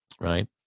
right